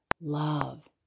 love